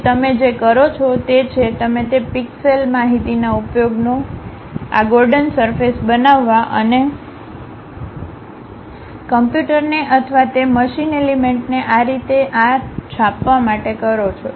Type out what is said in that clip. પછી તમે જે કરો છો તે છે તમે તે પિક્સેલ માહિતીના ઉપયોગનો ઉપયોગ આ ગોર્ડન સરફેસ બનાવવા અને કમ્પ્યુટરને અથવા તે મશીન એલિમેન્ટને આ રીતે આ રીતે છાપવા માટે કરો છો